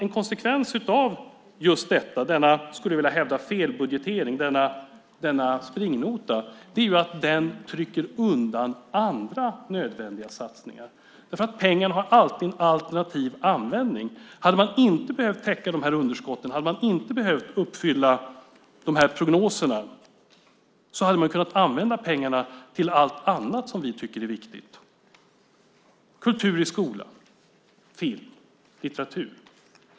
En konsekvens av denna felbudgetering - denna springnota - är att den trycker undan andra nödvändiga satsningar. Pengar har nämligen alltid en alternativ användning. Om man inte hade behövt täcka dessa underskott, och om man inte hade behövt uppfylla dessa prognoser hade man kunnat använda pengarna till allt annat som vi tycker är viktigt - kultur i skolan, film och litteratur.